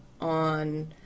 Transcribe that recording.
on